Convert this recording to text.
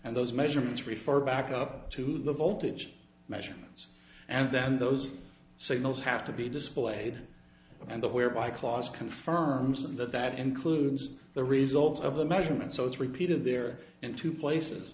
and those measurements refer back up to the voltage measurements and then those signals have to be displayed and the where by clause confirms that that includes the results of the measurement so it's repeated there in two places